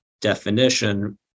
definition